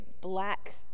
black